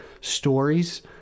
stories